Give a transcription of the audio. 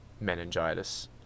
meningitis